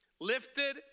lifted